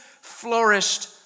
flourished